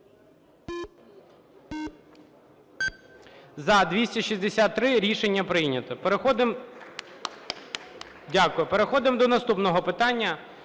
За-269 Рішення прийнято. Переходимо до наступного питання.